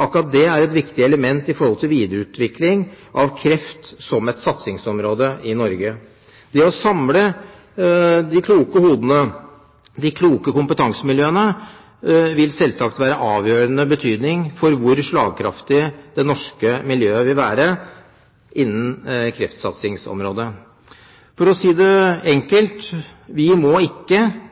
Akkurat det er et viktig element med tanke på videreutvikling av kreft som et satsingsområde i Norge. Det å samle de kloke hodene, de kloke kompetansemiljøene, vil selvsagt være av avgjørende betydning for hvor slagkraftig det norske miljøet vil være innen kreftsatsingsområdet. For å si det enkelt: Vi må ikke,